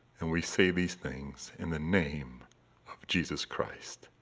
and we say these things in the name of jesus christ,